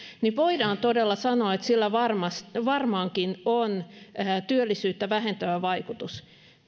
niin voidaan todella sanoa että sillä varmaankin on työllisyyttä vähentävä vaikutus